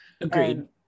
agreed